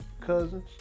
Cousins